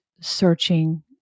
searching